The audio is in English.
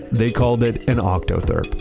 they called the an octotherp,